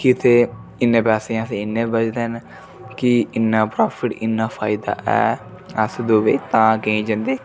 कि ते इन्ने पैसे असेंई इन्ने बचदे न कि इन्ना प्रॉफिट इन्ना फायदा ऐ अस दुबई तां केईं जंदे